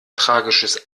tragisches